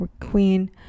Queen